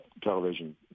television